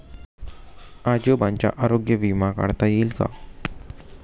आजोबांचा आरोग्य विमा काढता येईल का?